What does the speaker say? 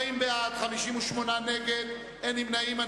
40 בעד, 58 נגד ואין נמנעים.